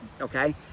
Okay